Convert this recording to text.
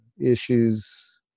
issues